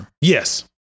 Yes